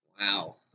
Wow